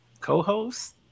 co-host